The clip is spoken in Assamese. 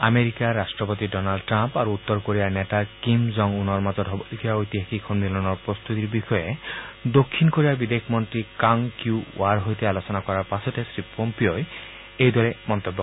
আমেৰিকাৰ ৰট্টপতি ডনাল্ড ট্ৰাম্প আৰু উত্তৰ কোৰিয়াৰ নেতা কিম জং উনৰ মাজত অনুষ্ঠিত হবলগীয়া ঐতিহাসিক সন্মিলনৰ প্ৰস্ততিৰ বিষয়ে দক্ষিণ কোৰিয়াৰ বিদেশ মন্ত্ৰী কাং কিউং ৱাৰ সৈতে আলোচনা কৰাৰ পাছতেই শ্ৰীপম্পিঅই এইদৰে কয়